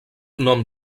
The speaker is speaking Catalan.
nom